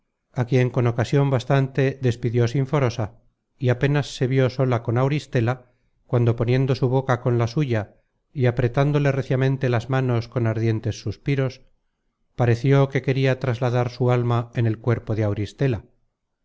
quien con ocasion bastante despidió sinforosa y apenas se vió sola con auristela cuando poniendo su boca con la suya y apretándole reciamente las manos con ardientes suspiros pareció que queria trasladar su alma en el cuerpo de auristela